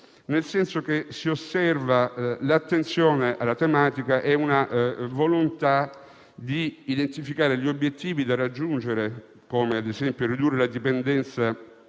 nel senso che si osserva un'attenzione alla tematica e una volontà di identificare gli obiettivi da raggiungere, come - ad esempio - ridurre la dipendenza